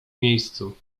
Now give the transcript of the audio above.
miejscu